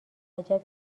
عجب